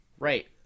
Right